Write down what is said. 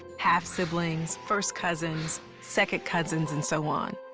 half-siblings, first cousins, second cousins and so on.